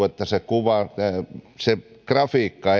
että se grafiikka